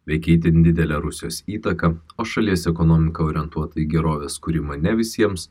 veikia itin didelė rusijos įtaka o šalies ekonomika orientuota į gerovės kurimą ne visiems